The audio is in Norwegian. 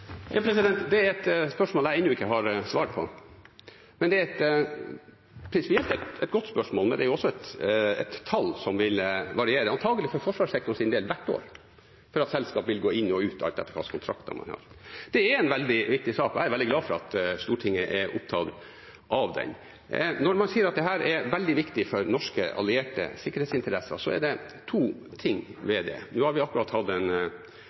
på. Det er prinsipielt et godt spørsmål, men det er også et tall som vil variere, antakelig for forsvarssektorens del hvert år, fordi selskaper vil gå inn og ut alt etter hvilke kontrakter man har. Det er en veldig viktig sak, og jeg er veldig glad for at Stortinget er opptatt av den. Når man sier at dette er veldig viktig for norske og alliertes sikkerhetsinteresser, er det to ting ved det. Nå har vi akkurat hatt en